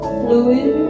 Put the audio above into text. fluid